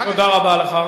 אחר כך, תודה רבה לך.